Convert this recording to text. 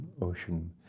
ocean